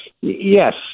yes